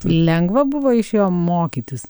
lengva buvo iš jo mokytis